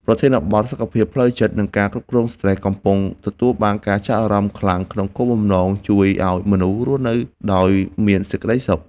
ប្រធានបទ សុខភាពផ្លូវចិត្ត និងការគ្រប់គ្រងស្រ្តេស កំពុងទទួលបានការចាប់អារម្មណ៍ខ្លាំង ក្នុងគោលបំណងជួយឱ្យមនុស្សរស់នៅដោយមានសេចក្ដីសុខ។